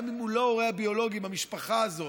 גם אם הוא לא ההורה הביולוגי במשפחה הזו,